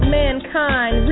mankind